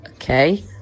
Okay